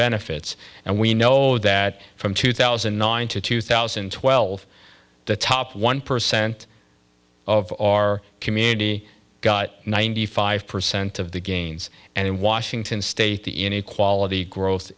benefits and we know that from two thousand and nine to two thousand and twelve the top one percent of our community got ninety five percent of the gains and in washington state the inequality growth